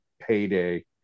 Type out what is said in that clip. payday